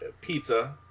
pizza